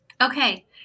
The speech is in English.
Okay